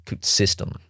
system